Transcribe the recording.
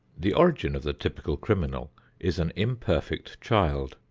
the origin of the typical criminal is an imperfect child,